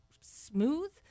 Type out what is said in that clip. smooth